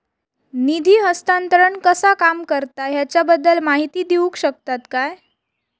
निधी हस्तांतरण कसा काम करता ह्याच्या बद्दल माहिती दिउक शकतात काय?